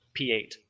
P8